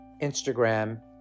Instagram